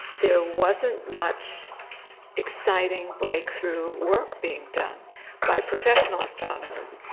there wasn't much exciting breakthrough work being done by professional astronomers.